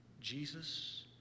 Jesus